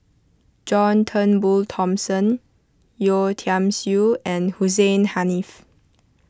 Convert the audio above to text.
John Turnbull Thomson Yeo Tiam Siew and Hussein Haniff